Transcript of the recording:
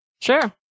Sure